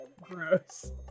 gross